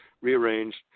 rearranged